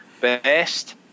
best